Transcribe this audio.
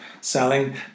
selling